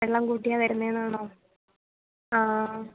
വെള്ളം കൂട്ടിയാണ് തരുന്നതെന്നുണ്ടോ ആ